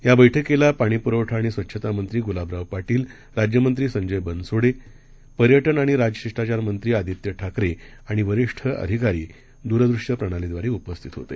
याबैठकीलापाणीपुरवठाआणिस्वच्छतामंत्रीगुलाबरावपाटील राज्यमंत्रीसंजयबनसोडे पर्यटनआणिराजशिष्टाचारमंत्रीआदित्यठाकरे आणिवरीष्ठअधिकारीदूरदृश्यप्रणालीद्वारेउपस्थितहोते